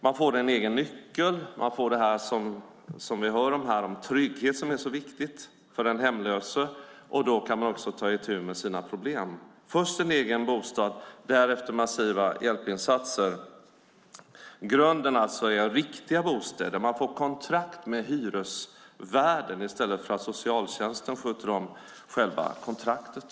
Man får en egen nyckel, man får den trygghet som är så viktig för den hemlöse, och då kan man också ta itu med sina problem. Alltså: Först en egen bostad, därefter massiva hjälpinsatser. Grunden är således riktiga bostäder. Man får kontrakt med hyresvärden i stället för att socialtjänsten sköter om själva kontraktet.